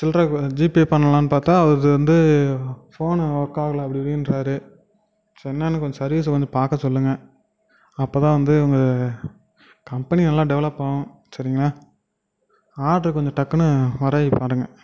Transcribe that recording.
சில்லறை கு ஜிபே பண்ணலாம்னு பார்த்தா அது வந்து ஃபோன்னு ஒர்க்காகல அப்படி இப்படின்றாரு சரி என்னென்று கொஞ்சம் சர்வீஸ் வந்து பார்க்க சொல்லுங்க அப்போத்தான் வந்து உங்கள் கம்பெனி நல்லா டெவலப் ஆகும் சரிங்களா ஆர்டரை கொஞ்சம் டக்குன்னு வர வைக்கப்பாருங்க